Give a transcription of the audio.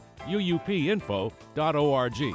UUPInfo.org